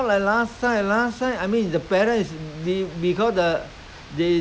nowadays the whole house full of toys the children also don't know how to play the toys